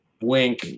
wink